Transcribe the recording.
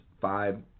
five